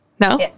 no